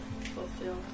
fulfill